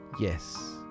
yes